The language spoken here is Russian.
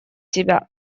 себя